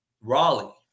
Raleigh